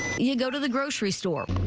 you you go to the grocery store.